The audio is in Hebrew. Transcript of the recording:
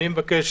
אני מבקש